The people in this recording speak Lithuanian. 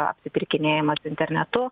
apsipirkinėjimas internetu